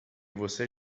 você